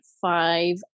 five